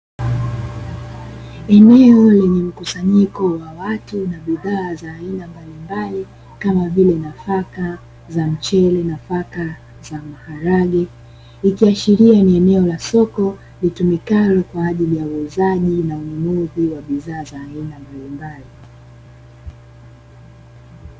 Eneo lenye mkusanyiko wa watu na bidhaa mbalimbali kama vile nafaka za mchele, nafaka za maharage ikiashiria ni eneo la soko litumikalo kama sehemu ya huuzaji na ununuzi wa bidhaa za aina mbalimbali.